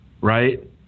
right